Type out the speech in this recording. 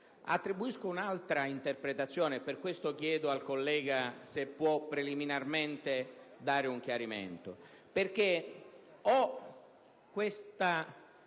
Attribuisco un'altra interpretazione, e per questo chiedo al collega se può preliminarmente dare un chiarimento: o questo